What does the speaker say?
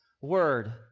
word